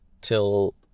till